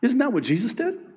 isn't that what jesus did